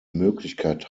möglichkeit